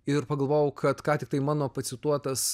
ir pagalvojau kad ką tiktai mano pacituotas